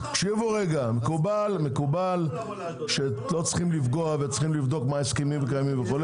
מקובל שלא צריכים לפגוע וצריכים לבדוק מה ההסכמים הקיימים וכו',